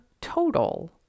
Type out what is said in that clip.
total